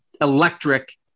electric